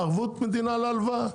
ערבות מדינה להלוואה.